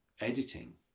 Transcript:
editing